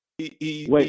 Wait